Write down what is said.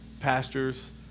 pastors